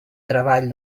treball